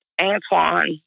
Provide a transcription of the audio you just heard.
Antoine